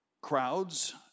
crowds